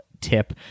tip